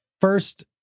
first